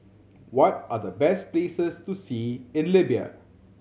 what are the best places to see in Libya